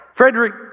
Frederick